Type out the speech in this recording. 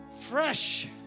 fresh